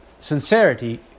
Sincerity